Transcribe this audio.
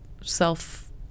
self